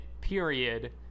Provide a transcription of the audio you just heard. period